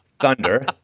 thunder